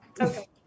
Okay